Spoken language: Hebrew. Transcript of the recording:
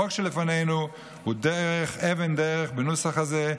החוק שלפנינו הוא אבן דרך בנוסח הזה,